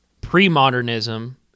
pre-modernism